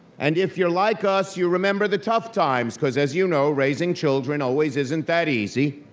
and if you're like us, you remember the tough times, cause as you know, raising children always isn't that easy.